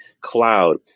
cloud